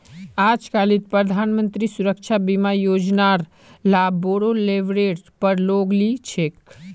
आजकालित प्रधानमंत्री सुरक्षा बीमा योजनार लाभ बोरो लेवलेर पर लोग ली छेक